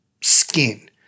skin